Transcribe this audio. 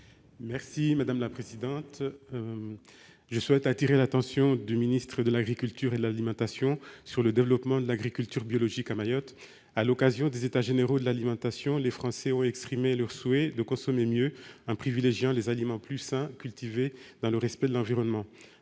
de l'alimentation. Je souhaite attirer l'attention du ministre de l'agriculture et de l'alimentation sur le développement de l'agriculture biologique à Mayotte. À l'occasion des États généraux de l'alimentation, les Français ont exprimé leur souhait de consommer mieux, en privilégiant des aliments plus sains, cultivés dans le respect de l'environnement.